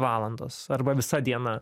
valandos arba visa diena